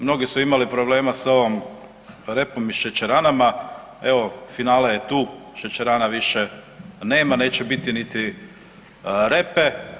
Mnogi su imali problema sa ovom repom i šećeranama, evo finale je tu šećerana više nema neće više biti niti repe.